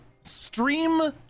stream